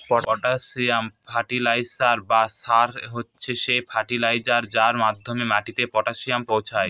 potassium fertiliser বা সার হচ্ছে সেই ফার্টিলাইজার যার মাধ্যমে মাটিতে পটাসিয়াম পৌঁছায়